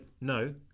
no